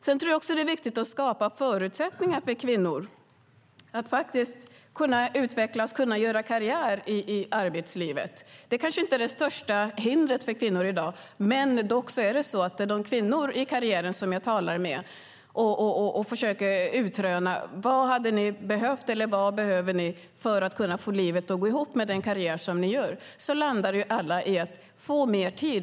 Jag tror också att det är viktigt att skapa förutsättningar för kvinnor att utvecklas och göra karriär i arbetslivet. Det kanske inte är det största hindret för kvinnor i dag, men när jag talar med kvinnor i karriären och försöker utröna vad de hade behövt eller vad de behöver för att kunna få livet att gå ihop med den karriär de gör landar de alla i svaret: Vi behöver få mer tid.